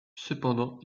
cependant